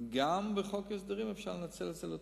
גם אפשר לנצל את חוק ההסדרים לטובה.